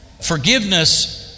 forgiveness